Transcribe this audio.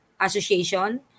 association